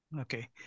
Okay